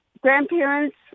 grandparents